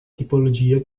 tipologie